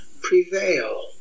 prevail